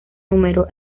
número